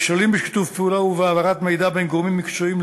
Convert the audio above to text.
על כשלים בשיתוף פעולה ובהעברת מידע בין גורמים מקצועיים,